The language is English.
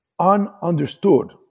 ununderstood